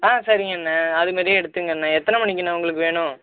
ஆ சரிங்கண்ணா அதுமாரியே எடுத்துக்கங்கண்ணே எத்தனை மணிக்குண்ணே உங்களுக்கு வேணும்